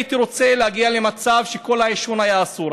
הייתי רוצה להגיע למצב שכל העישון יהיה אסור,